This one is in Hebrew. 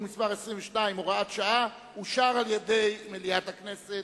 מס' 22 והוראת שעה) אושר על-ידי מליאת הכנסת.